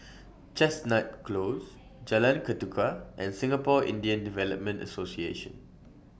Chestnut Close Jalan Ketuka and Singapore Indian Development Association